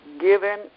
given